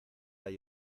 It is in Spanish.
hay